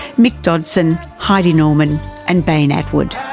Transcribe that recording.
mick dodson, heidi norman and bain attwood.